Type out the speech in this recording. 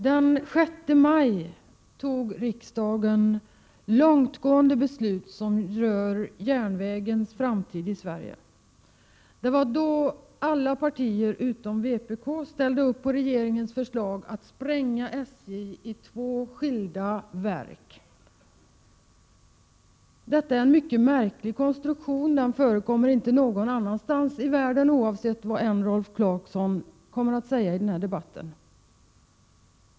Herr talman! Den 6 maj tog riksdagen långtgående beslut som rör järnvägens framtid i Sverige. Det var då alla partier utom vpk ställde upp på regeringens förslag att spränga SJ i två skilda verk. Detta är en mycket märklig konstruktion — den förekommer inte någon annanstans i världen — oavsett vad Rolf Clarkson än kommer att säga i den här debatten.